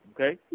Okay